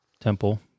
temple